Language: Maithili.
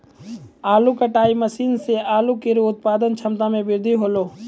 आलू कटाई मसीन सें आलू केरो उत्पादन क्षमता में बृद्धि हौलै